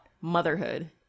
motherhood